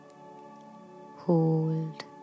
hold